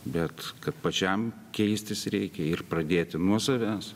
bet kad pačiam keistis reikia ir pradėti nuo savęs